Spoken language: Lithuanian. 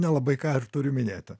nelabai ką ir turiu minėti